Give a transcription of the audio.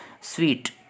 sweet